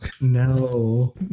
No